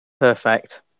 Perfect